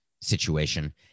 situation